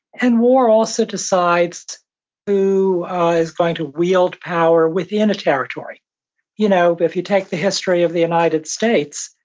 and war also decides who is going to wield power within a territory you know if you take the history of the united states,